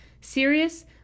Serious